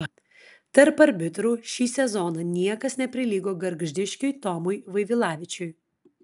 tarp arbitrų šį sezoną niekas neprilygo gargždiškiui tomui vaivilavičiui